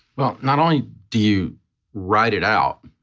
well, not only do you write it out,